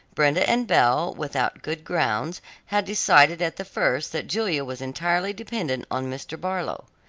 brenda and belle without good grounds had decided at the first that julia was entirely dependent on mr. barlow.